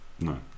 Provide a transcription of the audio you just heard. no